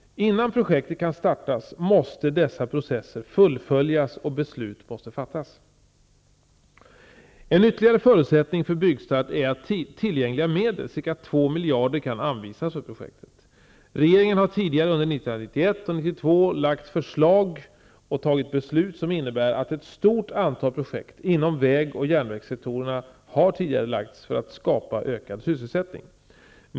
Innan projektet kan starta måste dessa processer fullföljas och beslut måste fattas. En ytterligare förutsättning för byggstart är att tillgängliga medel, ca 2 miljarder, kan anvisas för projektet. Regeringen har tidigare under 1991 och 1992 lagt fram förslag och fattat beslut som innebär att ett stort antal projekt inom väg och järnvägssektorerna har tidigarelagts för att skapa ökad sysselsättning.